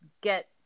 get